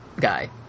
guy